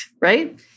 right